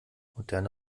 moderne